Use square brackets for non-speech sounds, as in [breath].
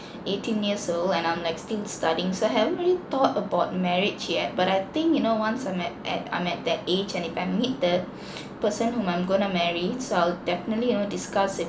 [breath] eighteen years old and I'm like still studying so I haven't really thought about marriage yet but I think you know once I met at I'm at that age and if I meet that [noise] person whom I gonna marry so I'll definitely you know discuss with